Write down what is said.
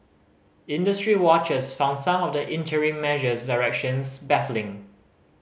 industry watchers found some of the interim measures directions baffling